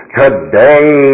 today